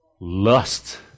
Lust